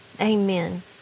Amen